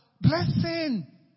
Blessing